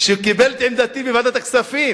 שר האוצר, שקיבל את עמדתי בוועדת הכספים,